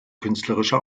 künstlerische